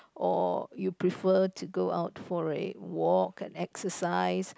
or you prefer to go out for a walk and exercise